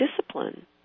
discipline